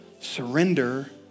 Surrender